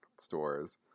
stores